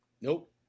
Nope